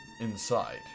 inside